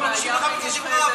אני מקשיב לך בקשב רב,